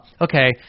Okay